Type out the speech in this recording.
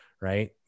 right